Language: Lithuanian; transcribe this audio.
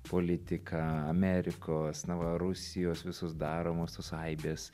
politika amerikos na va rusijos visos daromos tos aibės